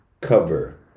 cover